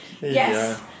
Yes